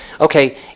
okay